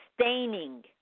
staining